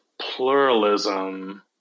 pluralism